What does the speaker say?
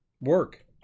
work